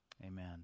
Amen